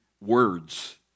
words